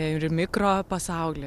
ir mikropasaulį